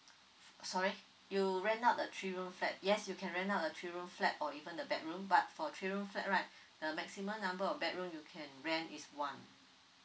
sorry you rent out the three room flat yes you can rent out the three room flat or even the bedroom but for three room flat right the maximum number of bedroom you can rent is one